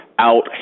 out